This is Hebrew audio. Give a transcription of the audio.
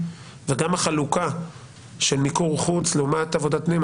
וגם החלוקה של מיקור חוץ לעומת עבודת פנים,